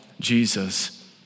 Jesus